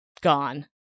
gone